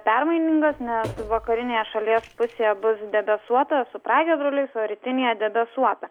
permainingas nes vakarinėje šalies pusėje bus debesuota su pragiedruliais o rytinėje debesuota